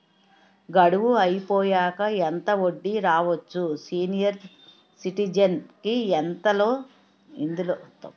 గడువు అయిపోయాక ఎంత వడ్డీ రావచ్చు? సీనియర్ సిటిజెన్ కి ఇందులో లాభాలు ఏమైనా ఉన్నాయా?